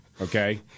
Okay